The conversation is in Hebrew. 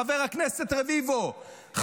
חבר הכנסת רביבו,